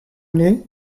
nez